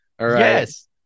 Yes